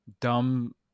dumb